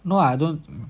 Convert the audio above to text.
no I don't